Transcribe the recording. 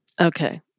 Okay